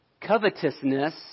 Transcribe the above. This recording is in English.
covetousness